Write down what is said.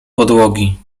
podłogi